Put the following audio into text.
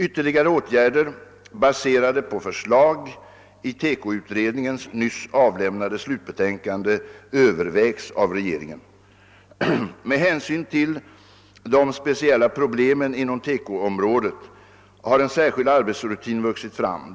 Ytterligare åtgärder baserade på förslag i TEKO-utredningens nyss avlämnade slutbetänkande övervägs av regeringen. : Med hänsyn till de speciella problemen inom TEKO-området har en särskild arbetsrutin vuxit fram.